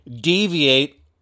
deviate